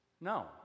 No